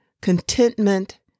contentment